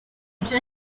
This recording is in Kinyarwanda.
byo